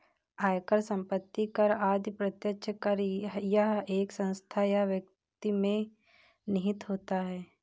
आयकर, संपत्ति कर आदि प्रत्यक्ष कर है यह एक संस्था या व्यक्ति में निहित होता है